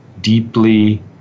deeply